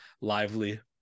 lively